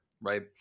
right